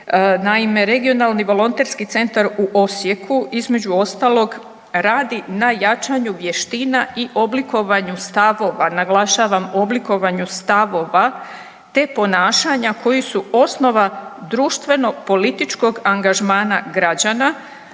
naime regionalni volonterski centar u Osijeku između ostalog radi na jačanju vještina i oblikovanju stavova, naglašavam oblikovanju stavova te ponašanja koji su osnova društveno političkog angažmana građana